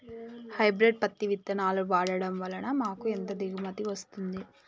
Hybrid పత్తి విత్తనాలు వాడడం వలన మాకు ఎంత దిగుమతి వస్తుంది?